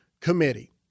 committee